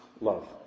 love